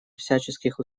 всяческих